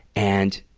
and,